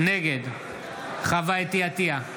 נגד חוה אתי עטייה,